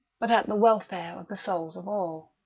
but at the welfare of the souls of all.